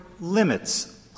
limits